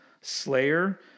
Slayer